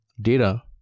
data